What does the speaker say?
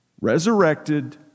resurrected